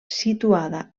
situada